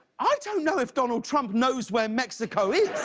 i don't know if donald trump knows where mexico is.